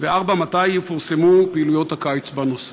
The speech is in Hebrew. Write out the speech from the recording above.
4. מתי יפורסמו פעילויות הקיץ בנושא?